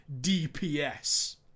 DPS